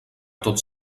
tots